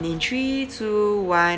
in three two one